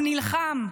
הוא נלחם,